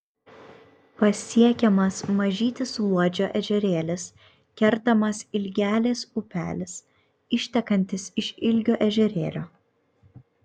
pasiekiamas mažytis luodžio ežerėlis kertamas ilgelės upelis ištekantis iš ilgio ežerėlio